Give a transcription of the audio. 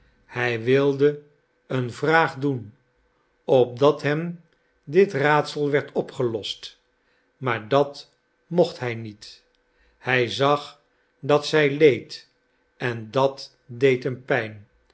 hij wilde een vraag doen opdat hem dit raadsel werd opgelost maar dat mocht hij niet hij zag dat zij leed en dat deed hem pijn